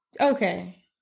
Okay